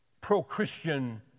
pro-Christian